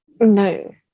No